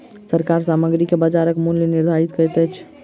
सरकार सामग्री के बजारक मूल्य निर्धारित करैत अछि